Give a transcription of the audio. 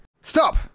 Stop